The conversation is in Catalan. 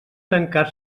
tancar